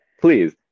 please